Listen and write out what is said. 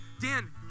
Dan